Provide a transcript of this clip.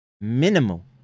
minimal